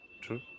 true